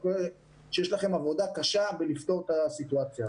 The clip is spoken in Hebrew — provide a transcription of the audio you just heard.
יש לכם עבודה קשה בלפתור את הסיטואציה.